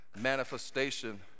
manifestation